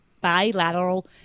bilateral